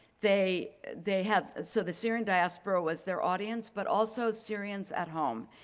they they have so the syrian diaspora was their audience, but also syrians at home.